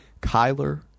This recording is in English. Kyler